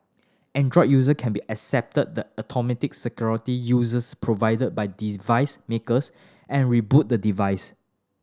Android user can be accepted the automatic security users provided by device makers and reboot the device